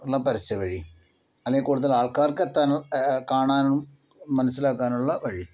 ഉള്ള പരസ്യവഴി അല്ലെങ്കിൽ കൂടുതൽ ആൾക്കാർക്ക് എത്താനും കാണാനും മനസ്സിലാക്കാനുമുള്ള വഴി